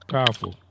Powerful